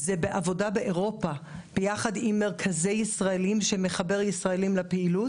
זה בעבודה באירופה יחד עם מרכזי ישראלים שמחבר ישראלים לפעילות.